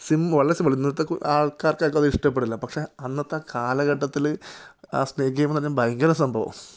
simple വളരെ simple ഇന്നത്തെ കു ആൾക്കാർക്ക് അത് ഇഷ്ടപ്പെടില്ല പക്ഷേ അന്നത്തെ കാലഘട്ടത്തിൽ ആ സ്നേക്ക് ഗെയിം എന്ന് പറഞ്ഞാൽ ഭയങ്കര സംഭവം ആണ്